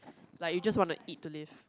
like you just wanna eat to live